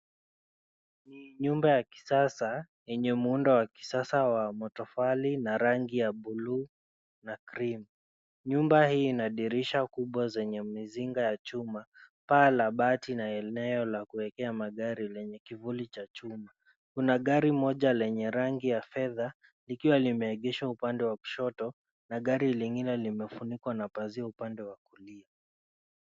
Ni nyumba ya kisasa yenye muundo wa kisasa wa matofali na rangi ya blue na cream. Nyumba hii ina dirisha kubwa zenye mizinga ya chuma, paa la bati na eneo la kuwekea magari lenye kivuli cha chuma. Kuna gari moja lenye rangi ya fedha likiwa limeegeshwa upande wa kushoto, na gari lingine limefunikwa na pazia upande wa kulia.